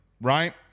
right